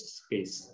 space